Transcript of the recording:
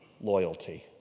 loyalty